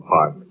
Park